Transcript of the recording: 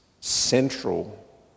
central